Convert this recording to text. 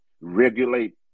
regulate